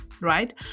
right